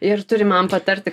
ir turi man patarti